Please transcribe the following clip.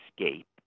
escape